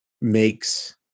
makes